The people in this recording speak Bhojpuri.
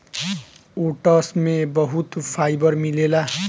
ओट्स में बहुत फाइबर मिलेला